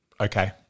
okay